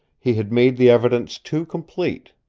he had made the evidence too complete.